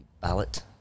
ballot